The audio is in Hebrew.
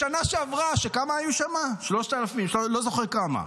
בשנה שעברה, כשכמה היו שם, 3,000, לא זוכר כמה,